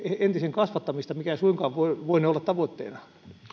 entisen kasvattamista mikä ei suinkaan voine olla tavoitteena